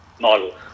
model